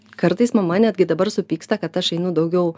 kartais mama netgi dabar supyksta kad aš einu daugiau